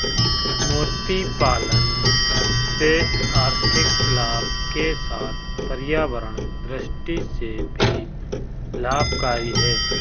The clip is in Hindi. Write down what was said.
मोती पालन से आर्थिक लाभ के साथ पर्यावरण दृष्टि से भी लाभकरी है